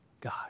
God